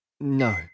No